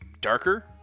darker